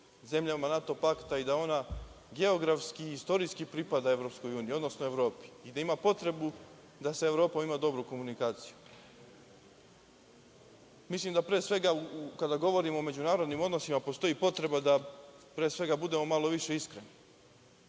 zemljama NATO pakta i da ona geografski i istorijski pripada EU, odnosno Evropi i da ima potrebu da sa Evropom ima dobru komunikaciju. Kada govorimo o međunarodnim odnosima, postoji potreba da budemo malo više iskreni.